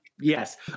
Yes